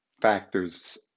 factors